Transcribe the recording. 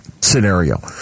scenario